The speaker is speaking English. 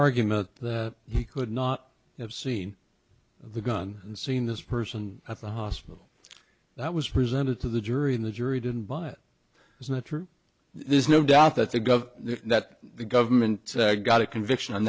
argument that he could not have seen the gun and seen this person at the hospital that was presented to the jury and the jury didn't buy it is not true there's no doubt that the gov that the government got a conviction on